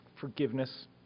forgiveness